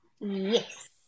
Yes